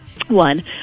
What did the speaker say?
One